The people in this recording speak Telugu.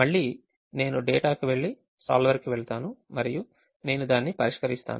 మళ్ళీ నేను డేటాకు వెళ్లి సోల్వర్ కి వెళ్తాను మరియు నేను దాన్ని పరిష్కరిస్తాను